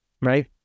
right